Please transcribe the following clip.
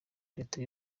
leta